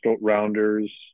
rounders